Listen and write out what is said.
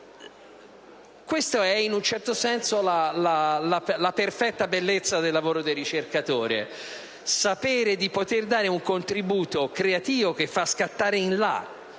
Questa è in un certo senso la perfetta bellezza del lavoro del ricercatore: sapere di poter dare un contributo creativo che fa scattare in là